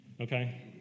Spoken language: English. Okay